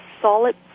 solid